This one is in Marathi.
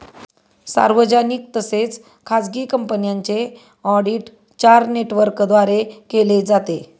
सार्वजनिक तसेच खाजगी कंपन्यांचे ऑडिट चार नेटवर्कद्वारे केले जाते